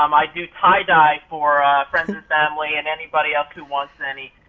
um i do tie dye for friends and family and anybody else who wants any.